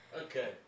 okay